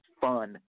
fun